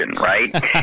right